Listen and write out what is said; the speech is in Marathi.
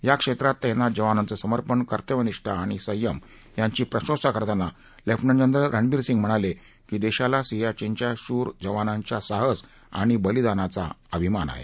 या क्षेत्रात तैनात जवानांच समर्पण कर्तव्यनिष्ठा आणि संयमाचं प्रशंसा करताना लेफ्टनंट जनरल रणवीर सिंग म्हणाले की देशाला सियाचिनच्या शूर जवानांच्या साहस आणि बलिदानाचा अभिमान आहे